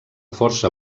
força